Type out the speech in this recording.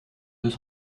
deux